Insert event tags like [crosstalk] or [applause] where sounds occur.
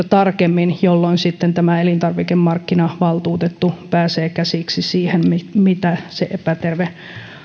[unintelligible] tarkemmin jolloin sitten elintarvikemarkkinavaltuutettu pääsee käsiksi siihen mitä se epäterve